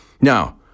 Now